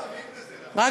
אתה לא מאמין בזה, נכון?